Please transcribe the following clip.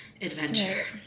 adventure